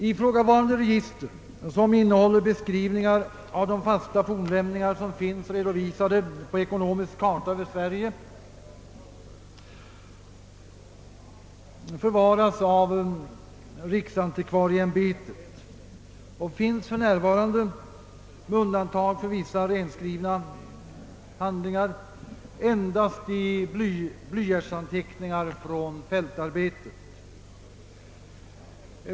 Ifrågavarande register, som innehåller beskrivningar av de fasta fornlämningar som finns redovisade på Ekonomisk karta över Sverige, förvaras av riksantikvarieämbetet och finns för närvarande, med undantag av vissa renskrivna handlingar, endast i blyertsanteckningar från fältarbetet.